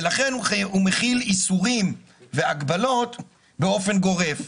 ולכן הוא מחיל איסורים והגבלות באופן גורף.